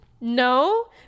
No